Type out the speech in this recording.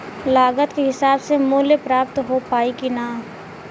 लागत के हिसाब से मूल्य प्राप्त हो पायी की ना?